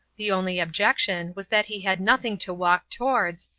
the only objection was that he had nothing to walk towards,